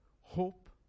hope